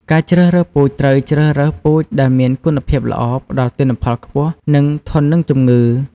ការជ្រើសរើសពូជ ត្រូវជ្រើសរើសពូជដែលមានគុណភាពល្អ ផ្តល់ទិន្នផលខ្ពស់ និងធន់នឹងជំងឺ។